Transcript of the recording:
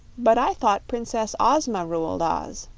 but i thought princess ozma ruled oz,